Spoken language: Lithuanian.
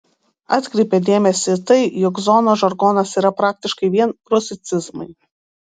atkreipia dėmesį tai jog zonos žargonas yra praktiškai vien rusicizmai